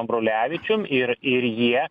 ambrulevičium ir ir jie